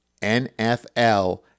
NFL